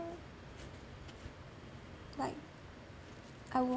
like I will